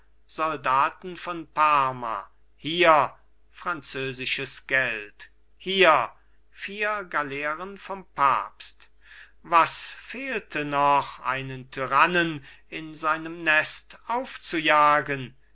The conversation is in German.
soldaten von parma hier französisches geld hier vier galeeren vom papst was fehlte noch einen tyrannen in seinem nest aufzujagen